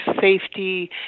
safety